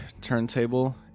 turntable